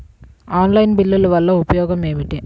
Online బిల్లుల వల్ల ఉపయోగమేమిటీ?